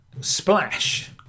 Splash